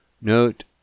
Note